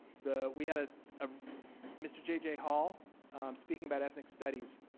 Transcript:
the we had ah of mr. j j. hall speaking about ethnic studies.